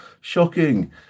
Shocking